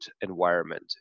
environment